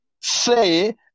Say